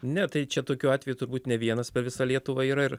ne tai čia tokių atvejų turbūt ne vienas per visą lietuvą yra ir